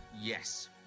Yes